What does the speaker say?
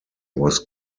was